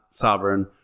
sovereign